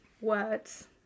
words